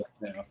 now